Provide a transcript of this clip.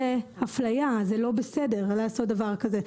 זאת אפליה, זה לא בסדר לעשות דבר כזה.